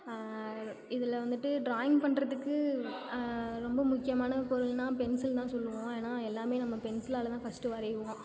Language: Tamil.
இதில் வந்துட்டு ட்ராயிங் பண்ணுறதுக்கு ரொம்ப முக்கியமான பொருள்னா பென்சில்னு தான் சொல்லுவோம் ஏன்னா எல்லாமே நம்ம பென்சிலால் தான் ஃபஸ்ட்டு வரைவோம்